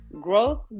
Growth